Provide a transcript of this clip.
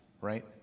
right